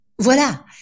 Voilà